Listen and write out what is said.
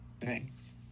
Thanks